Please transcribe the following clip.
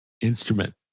instrument